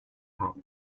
hop